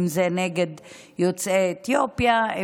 אם זה נגד יוצאי אתיופיה,